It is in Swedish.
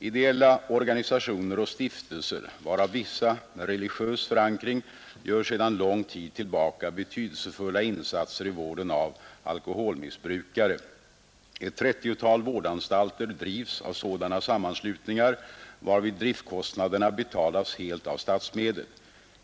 Ideella organisationer och stiftelser, varav vissa med religiös förankring, gör sedan lång tid tillbaka betydelsefulla insatser i vården av alkoholmissbrukare. Ett trettiotal vårdanstalter drivs av sådana sammanslutningar, varvid driftkostnaderna betalas helt av statsmedel.